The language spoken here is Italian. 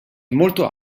molto